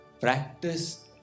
practice